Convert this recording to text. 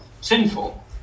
sinful